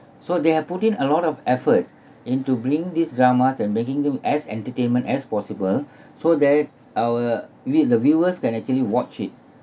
so they have put in a lot of effort into bringing these dramas and making them as entertainment as possible so that our we the viewers can actually watch it